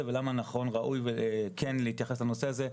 ולמה נכון וראוי להתייחס לנושא הזה,